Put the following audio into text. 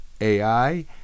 AI